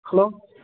hello